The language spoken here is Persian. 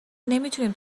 نمیتونیم